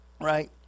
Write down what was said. Right